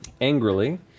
Angrily